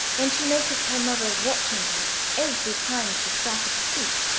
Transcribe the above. when she noticed her mother watching her every time she started to speak,